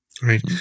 right